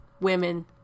women